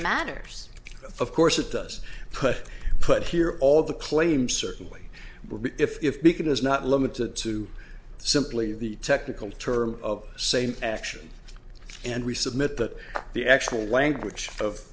matters of course it does put put here all the claims certainly if they can is not limited to simply the technical term of same action and resubmit that the actual language of